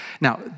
Now